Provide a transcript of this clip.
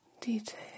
detail